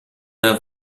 nella